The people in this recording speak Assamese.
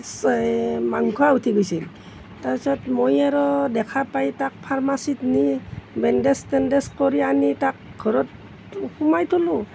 এই মাংস উঠি গৈছিল তাৰপিছত মই আৰু দেখা পাই তাক ফাৰ্মাচীত নি বেণ্ডেজ তেণ্ডেজ কৰি আনি তাক ঘৰত সোমাই থলোঁ